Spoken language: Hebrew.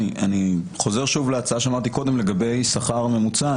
אני חוזר שוב להצעה שאמרתי קודם לגבי שכר ממוצע.